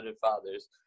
fathers